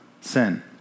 sin